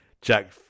Jack